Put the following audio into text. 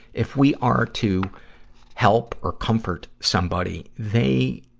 if we are to help or comfort somebody, they,